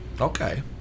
Okay